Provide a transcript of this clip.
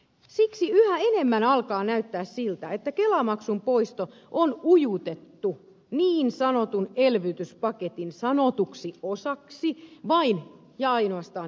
siksi yhä enemmän alkaa näyttää siltä että kelamaksun poisto on ujutettu niin sanotun elvytyspaketin sanotuksi osaksi vain ja ainoastaan ideologisista syistä